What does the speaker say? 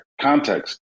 context